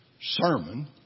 sermon